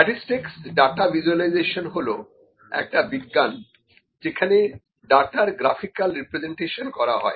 statistics data visualization হলো একটা বিজ্ঞান যেখানে ডাটার গ্রাফিকাল রিপ্রেসেন্টেশন graphical করা হয়